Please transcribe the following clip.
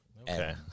Okay